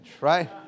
right